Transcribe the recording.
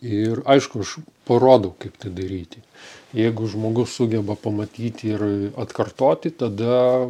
ir aišku aš parodau kaip tai daryti jeigu žmogus sugeba pamatyti ir atkartoti tada